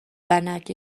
ونک